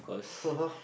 !huh!